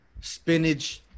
spinach